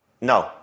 No